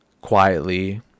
Quietly